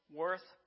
worth